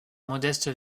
modeste